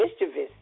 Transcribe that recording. mischievous